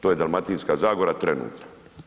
To je Dalmatinska zagora trenutno.